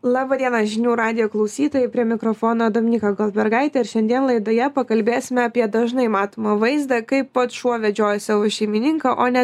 laba diena žinių radijo klausytojai prie mikrofono dominyka goldbergaitė ir šiandien laidoje pakalbėsime apie dažnai matomą vaizdą kaip pats šuo vedžioja savo šeimininką o ne